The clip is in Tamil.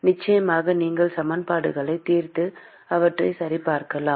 நிச்சயமாக நீங்கள் சமன்பாடுகளைத் தீர்த்து அவற்றைச் சரிபார்க்கலாம்